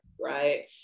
right